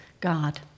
God